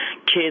kids